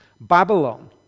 Babylon